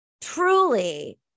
truly